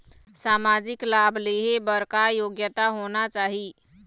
सामाजिक लाभ लेहे बर का योग्यता होना चाही?